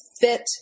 fit